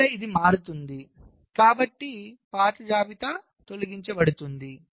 ఇక్కడ ఇది మారుతుంది కాబట్టి పాత జాబితా తొలగించబడుతుంది